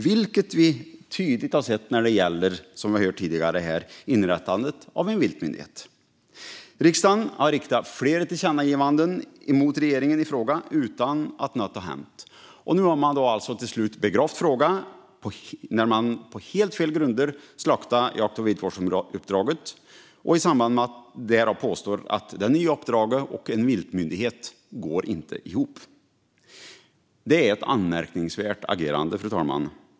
Det har vi, som vi har hört tidigare, tydligt sett när det gäller inrättandet av en viltmyndighet. Riksdagen har riktat flera tillkännagivanden till regeringen i frågan utan att något hänt. Nu har man till slut begravt frågan i och med att man på helt fel grunder slaktat jakt och viltvårdsuppdraget och i samband med det påstår att det nya uppdraget och en viltmyndighet inte går ihop. Det är ett anmärkningsvärt agerande, fru talman.